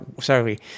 sorry